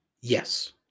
Yes